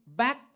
back